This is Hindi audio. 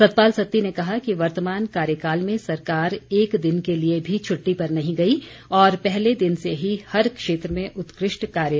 सतपाल सत्ती ने कहा कि वर्तमान कार्यकाल में सरकार एक दिन के लिए भी छुट्टी पर नही गई और पहले दिन से ही हर क्षेत्र में उत्कृष्ट कार्य हो रहे हैं